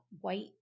white